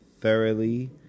thoroughly